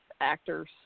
actors